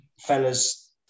fellas